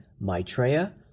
Maitreya